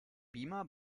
beamer